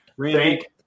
Thank